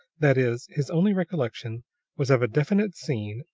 that is, his only recollection was of a definite scene,